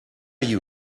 you